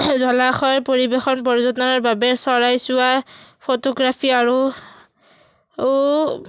জলাশয়ৰ পৰিৱেশন পৰ্যটনৰ বাবে চৰাই চোৱা ফটোগ্ৰাফী আৰু ও